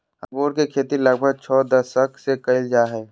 अंगूर के खेती लगभग छो दशक से कइल जा हइ